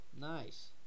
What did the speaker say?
Nice